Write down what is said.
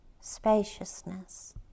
spaciousness